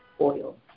oil